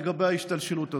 לגבי ההשתלשלות הזאת.